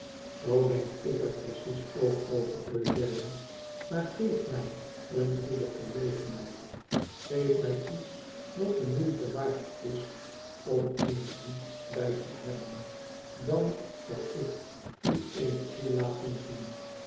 zoo denk ik er precies ook over eugèae maar geef mij eene goede gelegenheid geef mij iets dat de moeite waard is om energie bij te hebben dan zal ik u energie laten zien